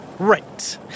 Right